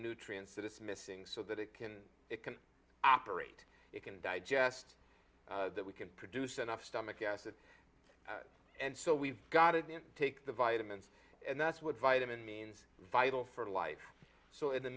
nutrients that it's missing so that it it can operate it can digest that we can produce enough stomach acid and so we've got to take the vitamins and that's what vitamin means vital for life so at the